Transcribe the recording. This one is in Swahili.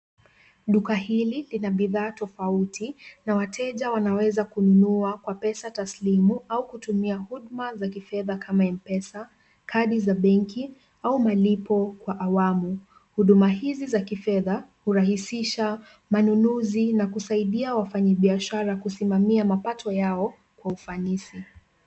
Duka hili lina bidhaa tofauti na wateja wanaweza kununua kwa pesa taslimu au kutumia huduma za kifedha kama M-Pesa, kadi za benki au malipo kwa awamu. Huduma hizi za kifedha hurahisisha manunuzi na kusaidia wafanyibiashara kusimamia mapato yao kwa ufanisi.